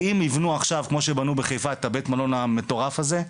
כי אם יבנו עכשיו כמו שבנו בחיפה את בית המלון המטורף הזה,